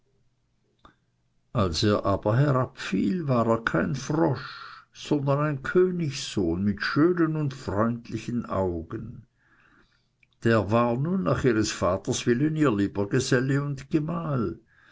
als er aber herabfiel war er kein frosch sondern ein königssohn mit schönen freundlichen augen der war nun nach ihres vaters willen ihr lieber geselle und gemahl